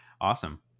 Awesome